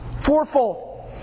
Fourfold